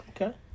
Okay